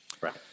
Right